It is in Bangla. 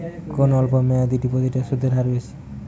কোন অল্প মেয়াদি ডিপোজিটের সুদের হার বেশি?